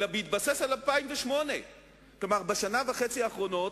אלא בהתבסס על 2008. כלומר בשנה וחצי האחרונה,